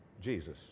Jesus